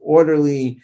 Orderly